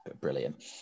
brilliant